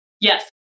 Yes